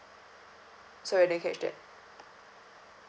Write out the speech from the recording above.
sorry I didn't catch that